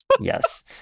Yes